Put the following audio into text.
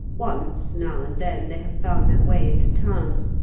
once, now and then, they have found their way into towns,